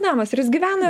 namas ir jis gyvena